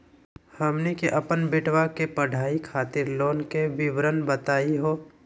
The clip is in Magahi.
हमनी के अपन बेटवा के पढाई खातीर लोन के विवरण बताही हो?